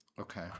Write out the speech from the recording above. Okay